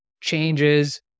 changes